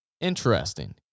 interesting